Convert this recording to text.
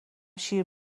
شیر